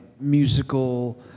musical